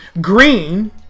Green